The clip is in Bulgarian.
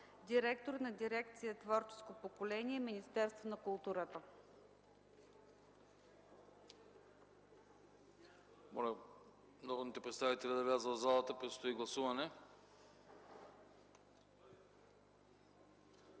директор на дирекция „Творческо поколение” в Министерство на културата.